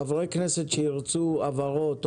חברי כנסת שירצו הבהרות,